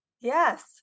Yes